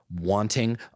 wanting